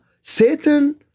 Satan